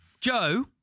Joe